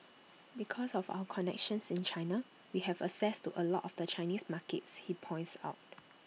because of our connections in China we have access to A lot of the Chinese markets he points out